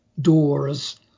doors